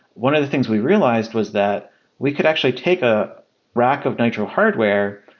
one of the things we realized was that we could actually take a rack of nitro hardware,